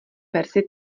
verzi